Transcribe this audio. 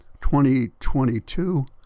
2022